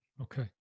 Okay